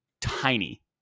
tiny